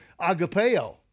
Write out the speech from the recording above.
agapeo